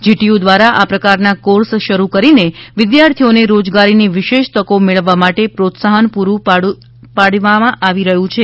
GTU દ્વારા આ પ્રકારના કોર્સ શરૂ કરીને વિદ્યાર્થીઓને રોજગારીની વિશેષ તકો મેળવવા માટે પ્રોત્સાહન પૂરૂ પાડવામાં આવી રહ્યું છે